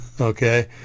Okay